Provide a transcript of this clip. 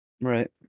Right